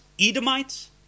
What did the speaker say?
Edomites